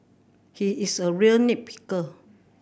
he is a real nit picker